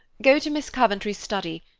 go to miss coventry's study,